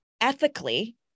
ethically